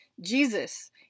Jesus